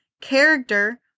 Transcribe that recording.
Character